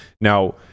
Now